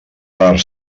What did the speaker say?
per